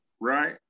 right